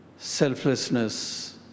selflessness